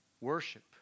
worship